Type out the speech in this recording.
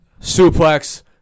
Suplex